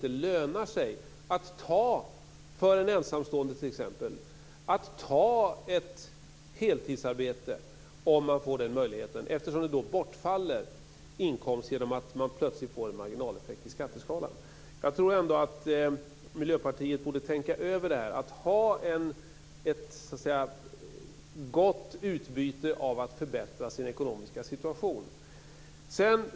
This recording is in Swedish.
För en ensamstående lönar det sig inte att ta ett heltidsarbete om man får den möjligheten, eftersom inkomster då faller bort genom att man plötsligt får en marginaleffekt i skatteskalan. Jag tror att Miljöpartiet borde tänka över detta. Man måste få ett gott utbyte för att förbättra sin ekonomiska situation.